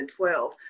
2012